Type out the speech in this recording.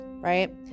right